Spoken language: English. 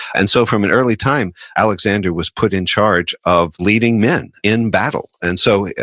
and so, from an early time, alexander was put in charge of leading men in battle. and so,